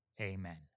amen